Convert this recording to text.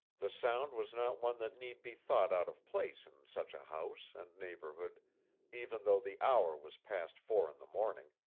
the sound was not one that need be thought out of place in such a house and neighborhood even though the hour was past four in the morning.